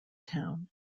town